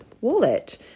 wallet